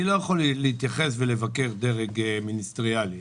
אני לא יכול להתייחס ולבקר דרג מיניסטריאלי.